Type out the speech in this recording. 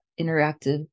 interactive